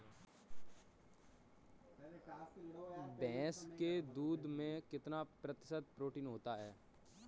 भैंस के दूध में कितना प्रतिशत प्रोटीन होता है?